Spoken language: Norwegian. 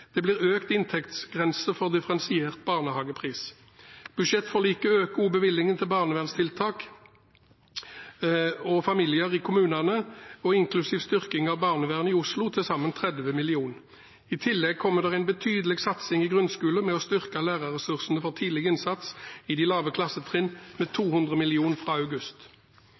Det blir økt inntektsgrense for differensiert barnehagepris. Budsjettforliket øker også bevilgningen til barnevernstiltak for familier i kommunene, inklusiv en styrking av barnevernet i Oslo, til sammen 30 mill. kr. I tillegg kommer en betydelig satsing i grunnskolen med å styrke lærerressursene for tidlig innsats i de lave klassetrinn med 200 mill. kr fra august.